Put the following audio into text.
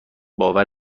باور